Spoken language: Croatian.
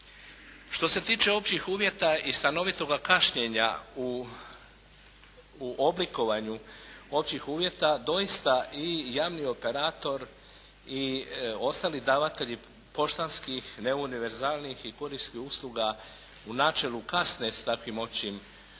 Što se tiče općih uvjeta i stanovitoga kašnjenja u oblikovanju općih uvjeta doista i javni operator i ostali davatelji poštanskih neuniverzalnih i korisnih usluga u načelu kasne s takvim općim